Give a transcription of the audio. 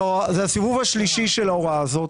זה הסיבוב השלישי של ההוראה הזאת.